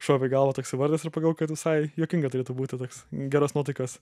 šovė į galvą toksai vardas ir pagalvojau kad visai juokinga turėtų būti toks geros nuotaikos